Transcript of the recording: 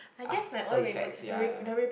after effects ya ya